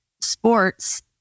sports